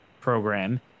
program